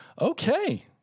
Okay